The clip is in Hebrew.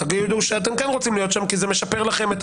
תגידו שאתם כן רוצים להיות שם כי זה משפר לכם.